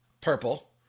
purple